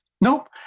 Nope